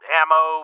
ammo